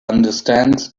understands